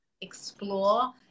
explore